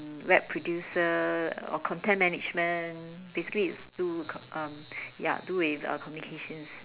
um web producer or content management basically it's do comm~ um ya do with communications